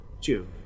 June